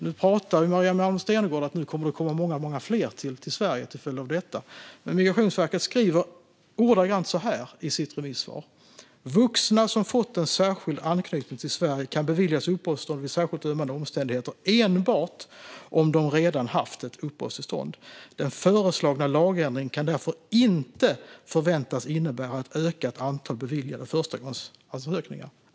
Maria Malmer Stenergard pratar om att många fler nu kommer att komma till Sverige till följd av detta. Migrationsverket skriver ordagrant så här i sitt remissvar: "Vuxna som fått en särskild anknytning till Sverige kan beviljas uppehållstillstånd vid särskilt ömmande omständigheter endast om de redan haft ett uppehållstillstånd. Den föreslagna lagändringen kan därför inte förväntas innebära ett ökat antal beviljade förstagångsansökningar."